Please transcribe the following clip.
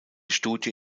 studie